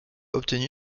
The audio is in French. obtenu